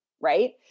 right